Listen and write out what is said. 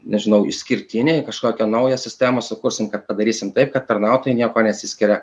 nežinau išskirtiniai kažkokią naują sistemą sukursim kad padarysim taip kad tarnautojai niekuo nesiskiria